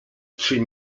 czy